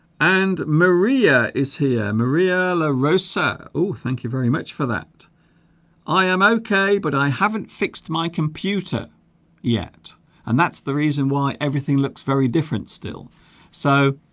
and maria is here maria larosa oh thank you very much for that i am okay but i haven't fixed my computer yet and that's the reason why everything looks very different still so